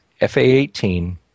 F-A-18